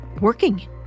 working